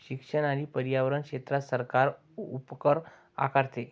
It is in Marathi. शिक्षण आणि पर्यावरण क्षेत्रात सरकार उपकर आकारते